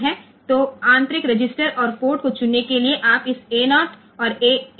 तो आंतरिक रजिस्टरों और पोर्ट को चुनने के लिए आप इस ए 0 और ए 1 बिट्स का चयन कर सकते हैं